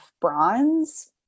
bronze